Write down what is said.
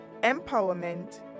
empowerment